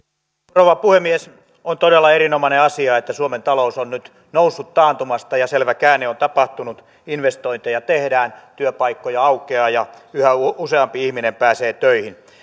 rouva puhemies on todella erinomainen asia että suomen talous on nyt noussut taantumasta ja selvä käänne on tapahtunut investointeja tehdään työpaikkoja aukeaa ja yhä useampi ihminen pääsee töihin